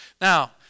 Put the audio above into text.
Now